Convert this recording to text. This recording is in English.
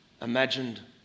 imagined